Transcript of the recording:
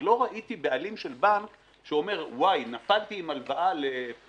עוד לא ראיתי בעלים של בנק שאומר נפלתי עם הלוואה לפלוני,